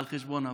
על חשבון הבית.